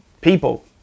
people